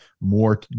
more